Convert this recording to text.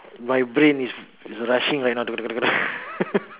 my brain is rushing right now